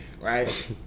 right